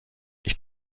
ich